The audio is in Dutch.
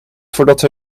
voordat